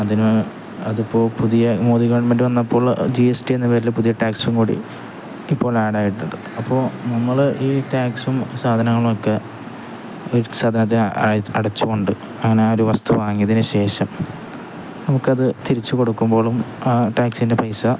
അതിന് അതിപ്പോള് പുതിയ മോദി ഗവൺമെൻറ് വന്നപ്പോഴുള്ള ജി എസ് ടി എന്ന പേരില് പുതിയ ടാക്സും കൂടി ഇപ്പോൾ ആഡായിട്ടുണ്ട് അപ്പോള് നമ്മള് ഈ ടാക്സും സാധനങ്ങളുമൊക്കെ ഒരു സാധനത്തിന് അടച്ചുകൊണ്ട് അങ്ങനെ ആ ഒരു വസ്തു വാങ്ങിയതിനുശേഷം നമുക്കതു തിരിച്ചുകൊടുക്കുമ്പോഴും ആ ടാക്സിൻ്റെ പൈസ